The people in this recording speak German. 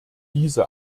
diese